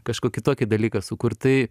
kažkokį tokį dalyką sukurt tai